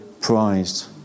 prized